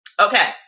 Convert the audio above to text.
Okay